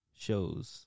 shows